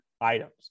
items